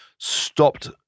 stopped